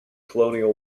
colonial